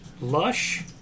Lush